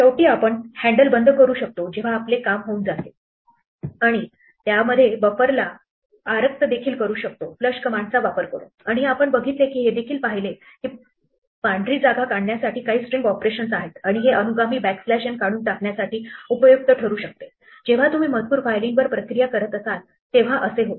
शेवटी आपण हँडल बंद करू शकतो जेव्हा आपले काम होऊन जाते आणि त्यामध्ये आपण बफर ला आरक्त देखील करू शकतो फ्लश कमांड चा वापर करून आणि आपण बघितले की हे देखील पाहिले की पांढरी जागा काढण्यासाठी काही स्ट्रिंग ऑपरेशन्स आहेत आणि हे अनुगामी बॅकस्लॅश n काढून टाकण्यासाठी हे उपयुक्त ठरू शकते जेव्हा तुम्ही मजकूर फायलींवर प्रक्रिया करत असाल तेव्हा येते